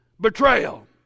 betrayal